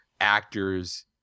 actors